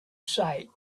sight